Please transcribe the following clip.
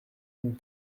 ont